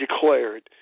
declared